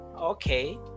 okay